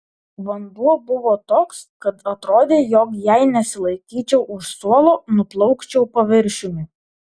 vanduo buvo toks kad atrodė jog jei nesilaikyčiau už suolo nuplaukčiau paviršiumi